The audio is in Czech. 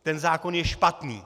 Ten zákon je špatný!